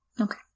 Okay